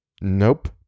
Nope